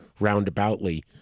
roundaboutly